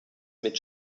mit